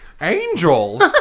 angels